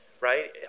right